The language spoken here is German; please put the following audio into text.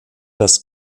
das